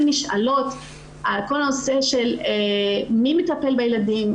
נשאלות על כל הנושא של מי מטפל בילדים,